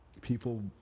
people